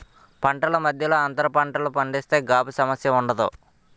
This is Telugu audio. పంటల మధ్యలో అంతర పంటలు పండిస్తే గాబు సమస్య ఉండదు